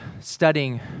studying